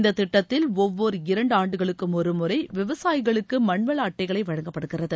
இந்தத் திட்டத்தில் ஒவ்வொரு இரண்டுஆண்டுகளுக்கும் ஒருமுறைவிவசாயிகளுக்குமண்வள அட்டைகளைவழங்கப்படுகிறது